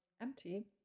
empty